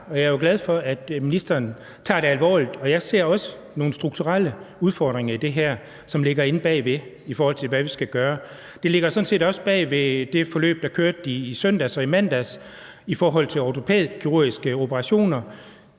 Jeg er jo glad for, at ministeren tager det alvorligt, og jeg ser også nogle strukturelle udfordringer i det her, som ligger inde bagved, altså i forhold til hvad vi skal gøre. Det ligger sådan set også bag ved det forløb, der kørte i søndags og i mandags i forhold til ortopædkirurgiske operationer,